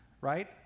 right